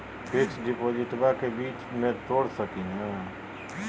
Fix डिपोजिटबा के बीच में तोड़ सकी ना?